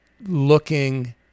looking